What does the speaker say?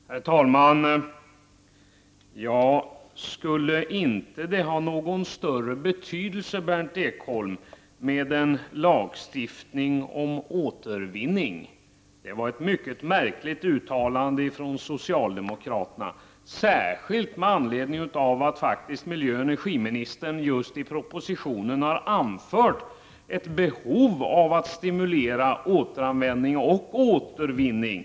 Herr talman! Skulle det, Berndt Ekholm, inte ha någon större betydelse med lagstiftning om återvinning? Det är ett mycket märkligt uttalande från socialdemokraternas sida, särskilt med tanke på att miljöoch energiministern faktiskt just i propositionen har framhållit behovet av att stimulera återanvändning och återvinning.